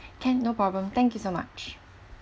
can no problem thank you so much